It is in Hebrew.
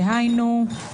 דהיינו,